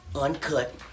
Uncut